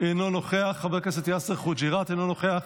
אינו נוכח, חבר הכנסת יאסר חוג'יראת, אינו נוכח,